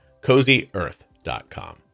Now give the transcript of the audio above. Cozyearth.com